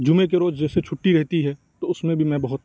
جمعہ کے روز جیسے چھٹی رہتی ہے تو اس میں بھی میں بہت